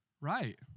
Right